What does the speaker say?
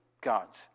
gods